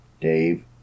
Dave